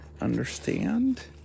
understand